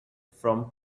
from